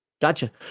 Gotcha